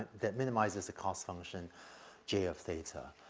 that minimizes the cost function j of theta.